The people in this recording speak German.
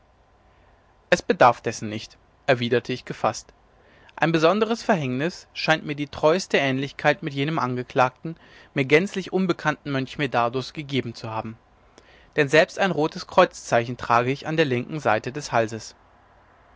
es bedarf dessen nicht erwiderte ich gefaßt ein besonderes verhängnis scheint mir die treueste ähnlichkeit mit jenem angeklagten mir gänzlich unbekannten mönch medardus gegeben zu haben denn selbst ein rotes kreuzzeichen trage ich an der linken seite des halses